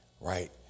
Right